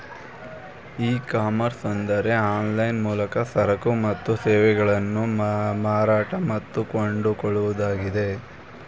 E commerce ಅಂದರೆ online ಮೂಲಕ ಸರಕು ಮತ್ತು ಸೇವೆಗಳನ್ನು ಮಾರಾಟ ಮತ್ತು ಕೊಂಡುಕೊಳ್ಳುವುದಾಗಿದೆ